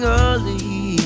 early